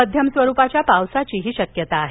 मध्यम स्वरूपाच्या पावसाचीही शक्यता आहे